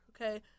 Okay